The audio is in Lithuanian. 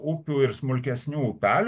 upių ir smulkesnių upelių